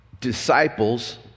disciples